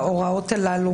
שאם יאושרו ההוראות האלה,